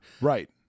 Right